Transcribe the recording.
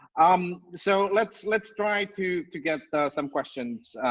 um so let's let's try to to get some questions,